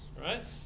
right